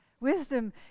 Wisdom